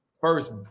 first